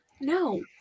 No